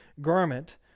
garment